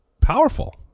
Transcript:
powerful